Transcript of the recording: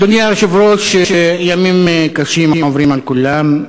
אדוני היושב-ראש, ימים קשים עוברים על כולם.